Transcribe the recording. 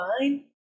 fine